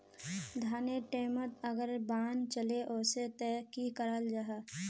धानेर टैमोत अगर बान चले वसे ते की कराल जहा?